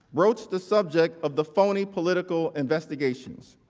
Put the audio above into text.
wrote the subject of the phony political investigations.